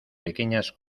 pequeñas